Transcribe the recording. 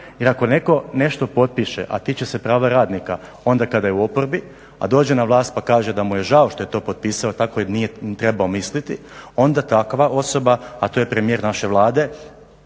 Jer ako netko nešto potpiše, a tiče se prava radnika, onda kada je u oporbi, a dođe na vlast pa kaže da mu je žao što je to potpisao tako jer nije trebao misliti, onda takva osoba, a to je premijer naše Vlade,